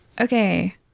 Okay